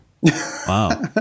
Wow